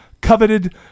coveted